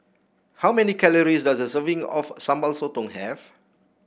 how many calories does a serving of Sambal Sotong have